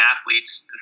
athletes